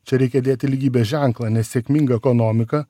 čia reikia dėti lygybės ženklą nes sėkminga ekonomika